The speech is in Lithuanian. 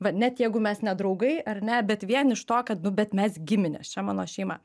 va net jeigu mes ne draugai ar ne bet vien iš to kad nu bet mes giminės čia mano šeima